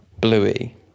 Bluey